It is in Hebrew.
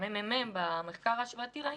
במחקר ההשוואתי של הממ"מ,